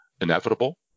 inevitable